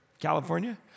California